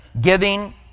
Giving